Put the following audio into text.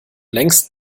längst